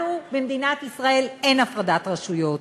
לנו במדינת ישראל אין הפרדת רשויות.